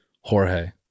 Jorge